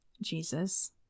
Jesus